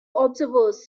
observers